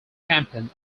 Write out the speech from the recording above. campaign